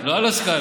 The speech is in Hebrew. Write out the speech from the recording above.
לא על הסקאלה.